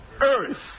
earth